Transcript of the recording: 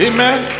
Amen